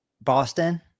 Boston